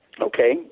Okay